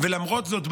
למרות זאת,